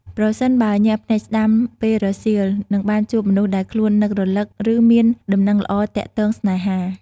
ប្រសិនបើ ញាក់ភ្នែកស្តាំ ពេលរសៀល នឹងបានជួបមនុស្សដែលខ្លួននឹករឭក ឬមានដំណឹងល្អទាក់ទងស្នេហា។